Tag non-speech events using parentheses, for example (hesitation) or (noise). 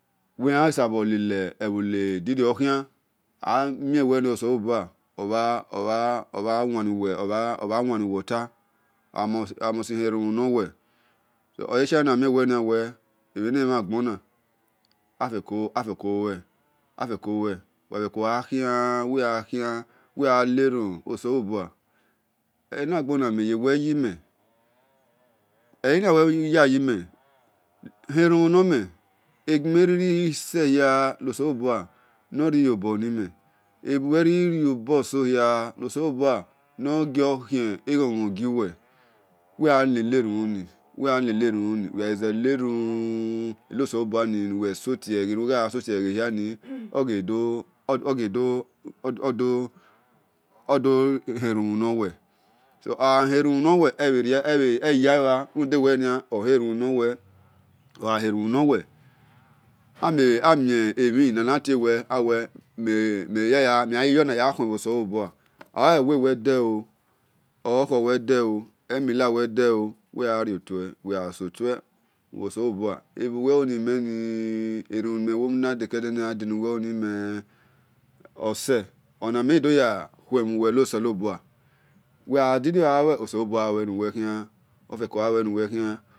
Wel nasabo lele ebho bhi nia khian amie oselobua (hesitation) obha wanu-wel otah omusi herumhu nor wel so oleshie ana mie wel enemhan gbona afeko lue afeko lue wel gha feko gha kian wel gha lerumhu oselobua enagbonu meye wel yi- meh elinia wel yar yi mel herumhu nor mel egime riri se- hia nosenobua nor ri yobor nimel ebuwel riri riobor yi nia nor khie ghon-ghon giv wel wel gha ne- nerumhuni wel gha ne-nerumhuni wel ghai ze neruuu enosenobua nuwel so tie eghahiani eghi do (hesitation) herumhunor wel so ogha herumbu nor wel e yelua ruda oherumu nor wel ogha herumhunor-wel amie mhi nana tie wel awel ijan yona ya khu-emhosekobua ogha ewe wel del ooo okhor-khor wel del ooo emila wel del ooo we gha rio-tue wel gha so tue wei wo-selobun ebuwe- luni mel ni erumhu ni mel wo na de kede ni ghade ose ona mel ghi dor ya khue mhu- wel no selobua wel gha dirio ghalue oselobua gha lue-nuwel khian ofeko gha lue nuwel khian.